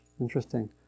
Interesting